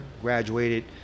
graduated